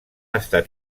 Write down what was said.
estat